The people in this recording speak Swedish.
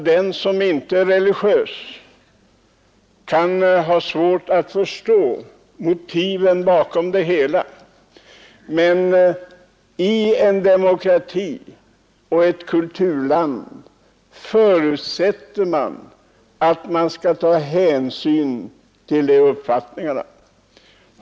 Den som inte är religiös kan självfallet ha svårt att förstå motiven bakom det hela, men i en demokrati och ett kulturland förutsätts att hänsyn skall tas till dessa uppfattningar.